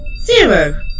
zero